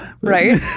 Right